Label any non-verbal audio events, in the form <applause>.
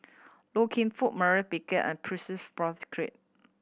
Loy Keng Foo Maurice Baker and Percy <unintelligible>